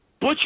Butch